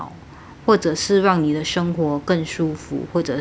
或者是让你的生活更舒服或者是